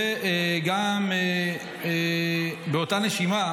ובאותה נשימה